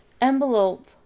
envelope